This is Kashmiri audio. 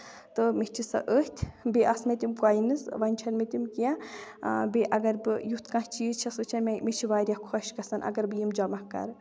تہٕ مےٚ چھِ سۄ أتۍ بیٚیہِ آسہٕ مےٚ تِم کوینٕز وۄنۍ چھنہٕ مےٚ تِم کیٚنٛہہ بیٚیہِ اَگر بہٕ یُتھ کانٛہہ چیٖز چھَس وٕچھان مےٚ چھ واریاہ خۄش گژھان اَگر بہٕ یِم جمع کرٕ